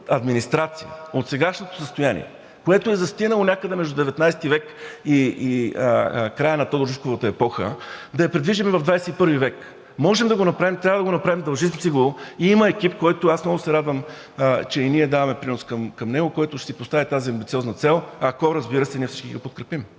администрация от сегашното състояние, което е застинало някъде между 19-и век и края на Тодор-Живковата епоха – да я придвижим в 21-ви век. Можем да го направим, трябва да го направим, дължим си го и има екип, който – аз много се радвам, че и ние даваме принос към него, който ще си постави тази амбициозна цел, ако, разбира се, ние всички го подкрепим.